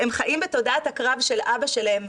הם חיים בתודעת הקרב של אבא שלהם.